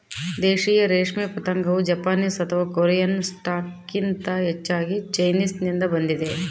ದೇಶೀಯ ರೇಷ್ಮೆ ಪತಂಗವು ಜಪಾನೀಸ್ ಅಥವಾ ಕೊರಿಯನ್ ಸ್ಟಾಕ್ಗಿಂತ ಹೆಚ್ಚಾಗಿ ಚೈನೀಸ್ನಿಂದ ಬಂದಿದೆ